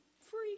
free